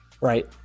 right